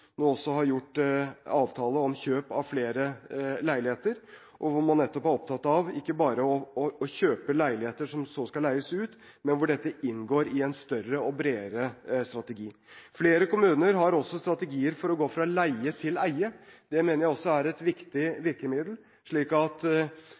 nå også har gjort en avtale om kjøp av flere leiligheter. Man er nettopp opptatt av ikke bare å kjøpe leiligheter som så skal leies ut, men at dette inngår i en større og bredere strategi. Flere kommuner har også strategier for å gå fra leie til eie – det mener jeg også er et viktig